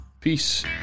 Peace